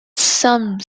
some